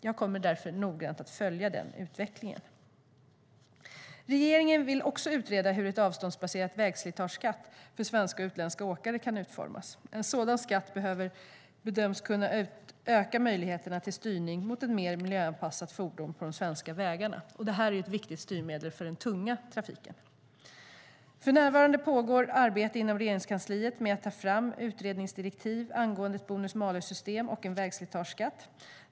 Jag kommer därför att noggrant följa utvecklingen. För närvarande pågår ett arbete inom Regeringskansliet med att ta fram utredningsdirektiv angående ett bonus-malus-system och en vägslitageskatt.